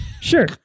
Sure